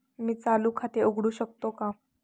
मी चालू खाते उघडू शकतो का?